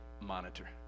monitor